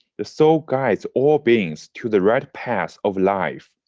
the soul guides all beings to the right path of life,